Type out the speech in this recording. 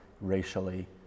racially